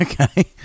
Okay